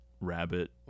rabbit